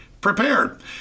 prepared